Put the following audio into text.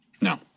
No